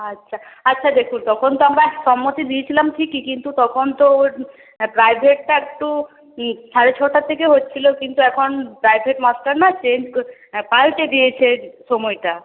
আচ্ছা আচ্ছা দেখুন তখন তো আমরা সম্মতি দিয়েছিলাম ঠিকই কিন্তু তখন তো ওর প্রাইভেটটা একটু সাড়ে ছটা থেকে হচ্ছিলো কিন্তু এখন প্রাইভেট মাস্টার না চেঞ্জ পাল্টে দিয়েছে সময়টা